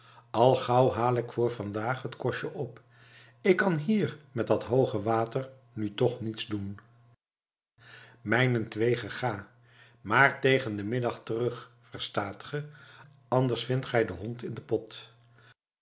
al gauw haal ik voor vandaag het kostje op ik kan hier met dat hooge water nu toch niets doen mijnentwege ga maar tegen den middag terug verstaat ge anders vindt gij den hond in den pot